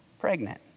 pregnant